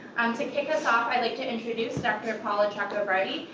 um to kick us off, i'd like to introduce dr. paula chakravartty,